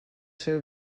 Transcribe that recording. seu